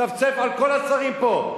צפצף על כל השרים פה,